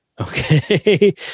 Okay